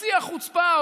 בשיא החוצפה,